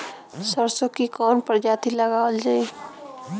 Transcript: सरसो की कवन प्रजाति लगावल जाई?